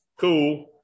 cool